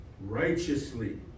righteously